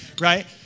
right